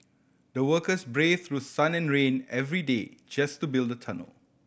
the workers braved through sun and rain every day just to build the tunnel